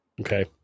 Okay